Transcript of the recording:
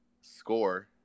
score